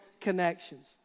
connections